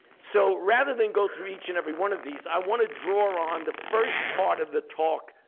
so rather than go through each and every one of these, i want to draw on the first part of the talk,